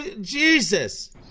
Jesus